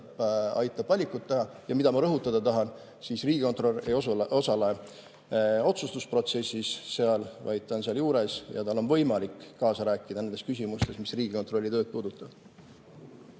aitab valikut teha. Ja mida ma rõhutada tahan: riigikontrolör ei osale otsustusprotsessis, vaid ta on seal juures ja tal on võimalik kaasa rääkida nendes küsimustes, mis Riigikontrolli tööd puudutavad.